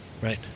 Right